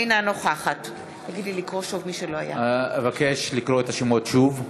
אינה נוכחת אבקש לקרוא את השמות שוב,